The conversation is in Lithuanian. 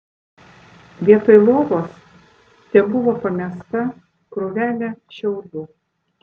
vietoj lovos tebuvo pamesta krūvelė šiaudų